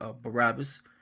Barabbas